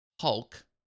Hulk